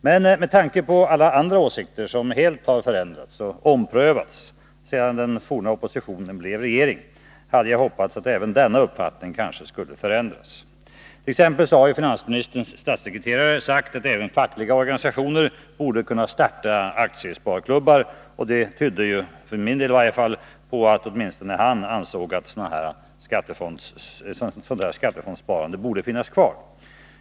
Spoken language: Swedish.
Men med tanke på alla andra åsikter som helt har förändrats och omprövats sedan den forna oppositionen blev regering hade jag hoppats att även denna uppfattning skulle ha förändrats. T. ex. har ju finansministerns statssekreterare sagt att även fackliga organisationer borde kunna starta aktiesparklubbar, och det tyder på att åtminstone han anser att de bör finnas kvar.